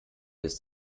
ist